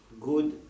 good